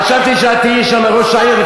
חשבתי שתהיי שם ראש העיר.